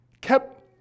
kept